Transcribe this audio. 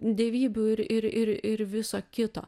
dievybių ir ir ir viso kito